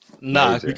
Nah